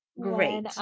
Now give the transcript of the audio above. great